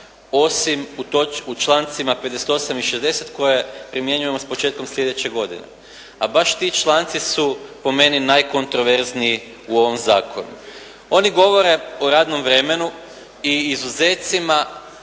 osim u člancima 58. i 60. koje primjenjujemo s početkom slijedeće godine, a baš ti članci su po meni najkontroverzniji u ovom zakonu. Oni govore o radnom vremenu i izuzetcima